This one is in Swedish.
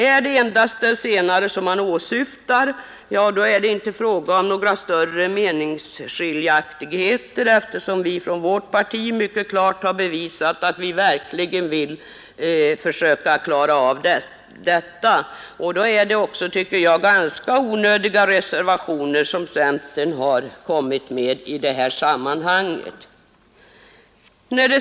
Är det endast detta man åsyftar, föreligger det inte några större meningsskiljaktigheter, eftersom vårt parti mycket klart har uttalat att vi vill försöka åstadkomma detta. Då tycker jag också det är ganska onödiga reservationer som centern avger i detta sammanhang.